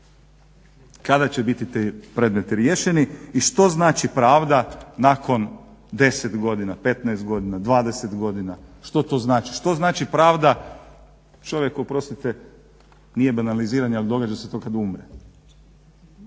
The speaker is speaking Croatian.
Kada će biti ti predmeti riješeni i što znači pravda nakon 10 godina, 15 godina, 20 godina, što to znači. Što znači pravda čovjek oprostite nije banaliziranje ali događa se to kad umre.